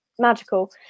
magical